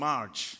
March